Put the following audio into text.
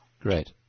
Great